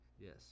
Yes